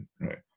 right